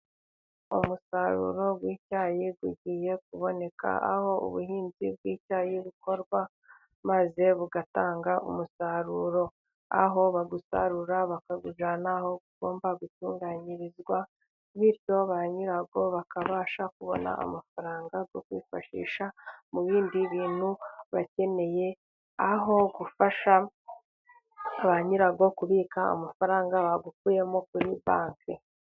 Umusaruro w'icyayi ugiye kuboneka aho ubuhinzi bw'icyayi bukorwa maze bugatanga umusaruro, aho bawusarura bakawujyana aho ugomba gutunganyirizwa, bityo banyirawo bakabasha kubona amafaranga yo kwifashisha mu bindi bintu bakeneye, aho ufasha banyirawo kubika amafaranga bawukuyemo kuri banke.